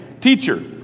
teacher